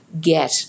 get